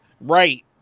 Right